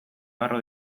garro